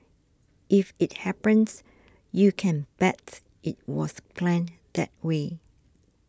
if it happens you can bet it was planned that way